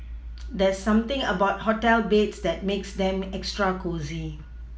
there's something about hotel beds that makes them extra cosy